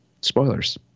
spoilers